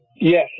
Yes